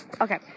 Okay